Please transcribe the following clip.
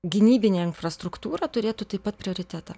gynybinė infrastruktūra turėtų taip pat prioritetą